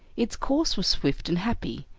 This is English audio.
its course was swift and happy.